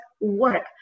work